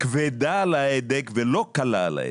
כבדה על ההדק ולא קלה על ההדק.